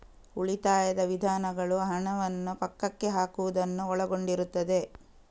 ಉಳಿತಾಯದ ವಿಧಾನಗಳು ಹಣವನ್ನು ಪಕ್ಕಕ್ಕೆ ಹಾಕುವುದನ್ನು ಒಳಗೊಂಡಿರುತ್ತದೆ